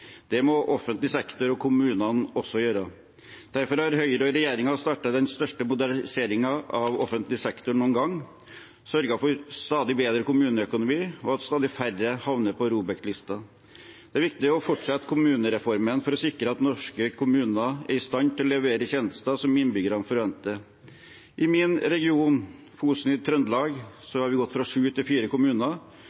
Det må også offentlig sektor og kommunene gjøre. Derfor har Høyre og regjeringen startet den største moderniseringen av offentlig sektor noen gang og sørget for stadig bedre kommuneøkonomi og at stadig færre havner på ROBEK-listen. Det er viktig å fortsette kommunereformen for å sikre at norske kommuner er i stand til å levere tjenester som innbyggerne forventer. I min region, Fosen i Trøndelag,